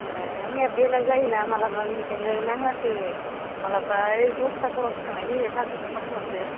आंनिया बेला जायोना माब्लाबा बिनिखायनो नाङाखै माब्लाबा ओइ दसथाफोरावसो थांनाय जायो साराय दसथाफोरावसो